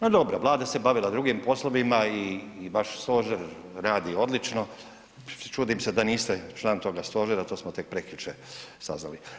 No dobro, Vlada se bavila drugim poslovima i vaš stožer radi odlično, čudim se da niste član toga stožera, to smo tek prekjučer saznali.